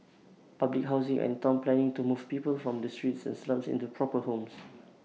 public housing and Town planning to move people from the streets and slums into proper homes